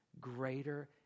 greater